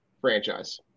franchise